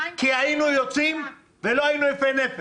כי היינו יוצאים מזה ולא היינו יפי נפש.